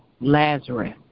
Lazarus